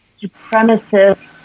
supremacist